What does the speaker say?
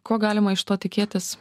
ko galima iš to tikėtis